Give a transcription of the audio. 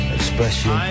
Expression